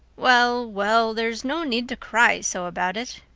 well, well, there's no need to cry so about it.